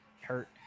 hurt